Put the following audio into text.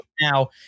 now